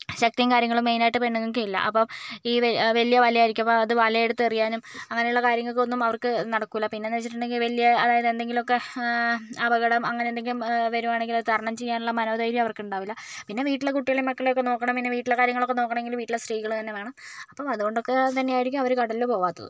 ശക്തിയും കാര്യങ്ങളും മെയിൻ ആയിട്ട് പെണ്ണുങ്ങൾക്ക് ഇല്ല അപ്പോൾ ഈ വലിയ വലിയ വലയായിരിക്കാം അപ്പോൾ ആ വല എടുത്ത് എറിയാനും അങ്ങനെയുള്ള കാര്യങ്ങൾക്ക് ഒന്നും അവർക്ക് നടക്കില്ല പിന്നെ എന്ന് വെച്ചിട്ടുണ്ടേങ്കിൽ വലിയ എന്തെങ്കിലുമൊക്കെ അപകടം അങ്ങനെ എന്തെങ്കിലും അ വരുവാണെങ്കിൽ അത് തരണം ചെയ്യാനുള്ള മനോ ധൈര്യം അവർക്ക് ഉണ്ടാവില്ല പിന്നെ വീട്ടിലെ കുട്ടികളെയും മക്കളെയും ഒക്കെ നോക്കണം പിന്നെ വീട്ടിലെ കാര്യങ്ങളൊക്കെ നോക്കണമെങ്കിൽ വീട്ടിലെ സ്ത്രീകൾ തന്നെ വേണം അപ്പോൾ അതുകൊണ്ടൊക്കെ തന്നെയായിരിക്കും അവര് കടലിൽ പോകാത്തത്